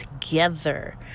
together